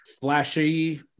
Flashy